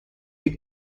die